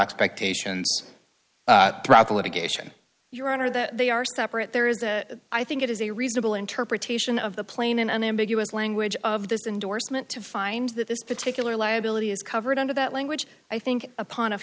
expectations throughout the litigation your honor that they are separate there is a i think it is a reasonable interpretation of the plain and unambiguous language of this endorsement to find that this particular liability is covered under that language i think upon